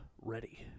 ready